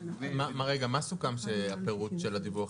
מה סוכם שיכלול הפירוט של הדיווח.